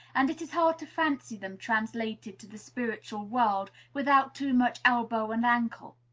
and it is hard to fancy them translated to the spiritual world without too much elbow and ankle.